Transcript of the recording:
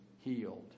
healed